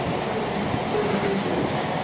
kind of does dishes,